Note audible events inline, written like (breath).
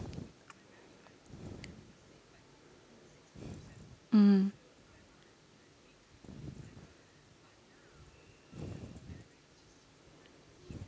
mm (breath)